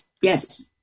Yes